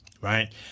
Right